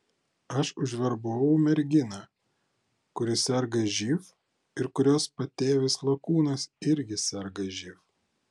aš užverbavau merginą kuri serga živ ir kurios patėvis lakūnas irgi serga živ